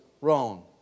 wrong